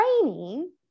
training